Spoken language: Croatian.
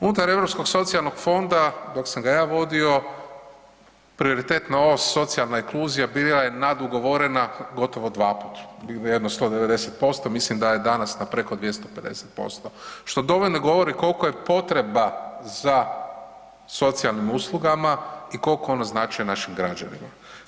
Unutar Europskog socijalnog fonda dok sam ga ja vodio prioritetno ova socijalna inkluzija bila je nad ugovorena gotovo dva put, jedno 190% mislim da je danas na preko 250% što dovoljno govori kolika je potreba za socijalnim uslugama i koliko ona znači našim građanima.